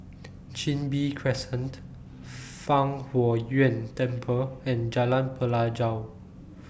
Chin Bee Crescent Fang Huo Yuan Temple and Jalan Pelajau